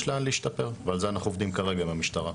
יש לאן להשתפר ועל זה אנחנו עובדים כרגע עם המשטרה.